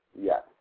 Yes